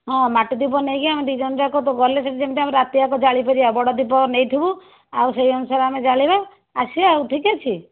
ହଁ ମାଟିଦୀପ ନେଇକି ଆମେ ଦୁଇଜଣ ଯାକ ତ ଗଲେ ସେଠି ଯେମିତି ଆମର ରାତି ଯାକ ଜାଳି ପାରିବା ବଡ଼ ଦୀପ ନେଇଥିବୁ ଆଉ ସେହି ଅନୁସାରେ ଆମେ ଜାଳିବା ଆସିବା ଆଉ ଠିକ ଅଛି